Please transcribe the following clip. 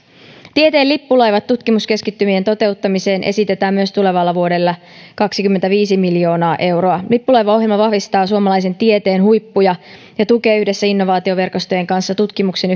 tieteen lippulaivat tutkimuskeskittymien toteuttamiseen esitetään myös tulevalle vuodelle kaksikymmentäviisi miljoonaa euroa lippulaivaohjelma vahvistaa suomalaisen tieteen huippuja ja tukee yhdessä innovaatioverkostojen kanssa tutkimuksen